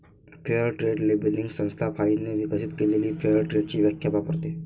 fair trade labelling संस्था फाइनने विकसित केलेली फेअर ट्रेडची व्याख्या वापरते